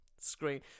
screen